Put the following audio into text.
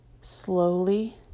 slowly